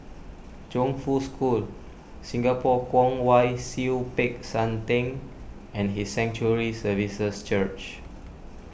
Chongfu School Singapore Kwong Wai Siew Peck San theng and His Sanctuary Services Church